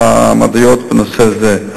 המדעיות בנושא זה.